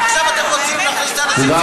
עכשיו אתם רוצים להכניס את האנשים שלכם.